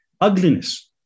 ugliness